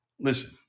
Listen